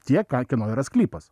tie ka kieno yra sklypas